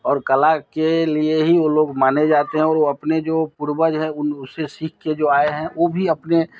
और कला के लिए ही वो लोग माने जाते हैं और वो अपने जो पूर्वज हैं उन उनसे सीख के जो आए हैं वो भी अपने